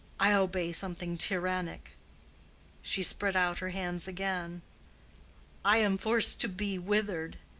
i obey something tyrannic she spread out her hands again i am forced to be withered,